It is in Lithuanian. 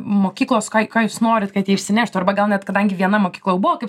mokyklos ką ką jūs norit kad jie išsineštų arba gal net kadangi viena mokykla jau buvo kaip